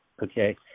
okay